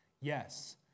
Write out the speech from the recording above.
Yes